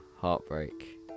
heartbreak